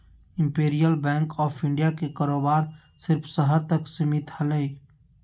imperial bank of India के कारोबार सिर्फ़ शहर तक सीमित हलय